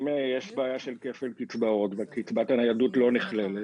אם יש בעיה של כפל קצבאות וקצבת הניידות לא נכללת,